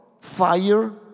fire